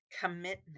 commitment